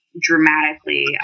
dramatically